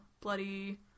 bloody